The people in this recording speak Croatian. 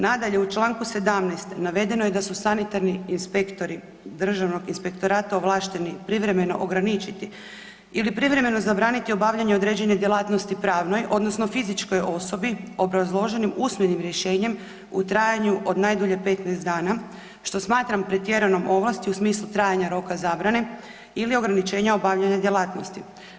Nadalje, u Članku 17. navedeno je da su sanitarni inspektori Državnog inspektorata ovlašteni privremeno ograničiti ili privremeno zabraniti obavljanje određene djelatnosti pravnoj odnosno fizičkoj osobi obrazloženim usmenim rješenjem u trajanju od najdulje 15 dana, što smatram pretjeranom ovlasti u smislu trajanja roka zabrane ili ograničenja obavljanja djelatnosti.